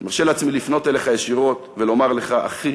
אני מרשה לעצמי לפנות אליך ישירות ולומר לך: אחי,